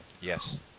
Yes